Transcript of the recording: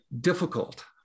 difficult